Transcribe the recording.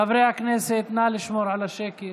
חברי הכנסת, נא לשמור על השקט.